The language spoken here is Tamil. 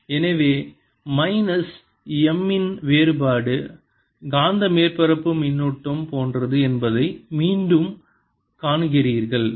எனவே மைனஸ் M இன் வேறுபாடு காந்த மேற்பரப்பு மின்னூட்டம் போன்றது என்பதை மீண்டும் காண்கிறீர்கள்